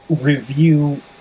review